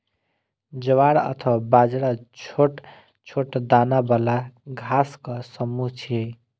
ज्वार अथवा बाजरा छोट छोट दाना बला घासक समूह छियै